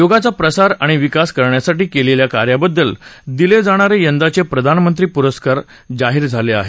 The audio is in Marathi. योगाचा प्रसार आणि विकास करण्यासाठी केलेल्या कार्याबद्दल दिले जाणारे यंदाचे प्रधानमंत्री पुरस्कार जाहीर झाले आहेत